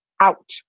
out